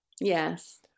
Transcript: Yes